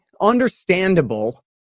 understandable